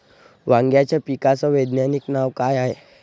वांग्याच्या पिकाचं वैज्ञानिक नाव का हाये?